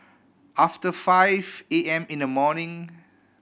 after five A M in the morning